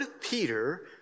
Peter